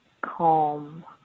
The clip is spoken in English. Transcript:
calm